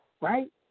right